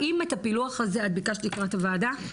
האם את הפילוח הזה ביקשת לקראת הוועדה?